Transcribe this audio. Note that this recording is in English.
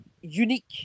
unique